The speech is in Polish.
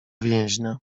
więźnia